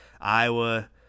Iowa